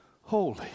holy